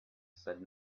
said